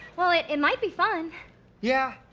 well, it it might be fun yeah,